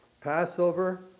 Passover